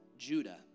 judah